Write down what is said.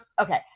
okay